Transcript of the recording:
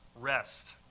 rest